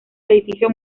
edificio